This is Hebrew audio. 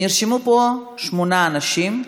נרשמו פה שמונה אנשים.